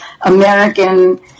American